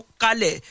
kale